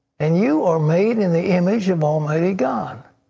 and you are made in the image of almighty god.